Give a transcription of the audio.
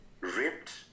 ripped